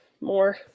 more